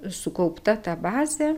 sukaupta ta bazė